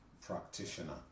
practitioner